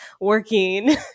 working